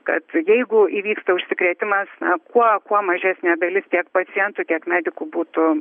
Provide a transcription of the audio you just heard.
kad jeigu įvyksta užsikrėtimas kuo kuo mažesnė dalis tiek pacientų tiek medikų būtų